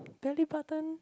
do I leave button